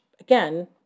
again